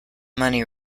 money